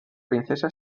princesa